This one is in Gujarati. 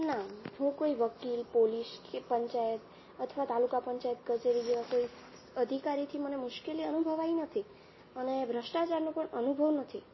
ના હું કોઈ વકીલ પોલીસ કે પંચાયત અથવા તાલુકા પંચાયત કચેરી જેવા કોઈ સ અધિકારીથી મને મુશ્કેલી અનુભવાઈ નથી અને ભ્રષ્ટાચારનો પણ અનુભવ નથી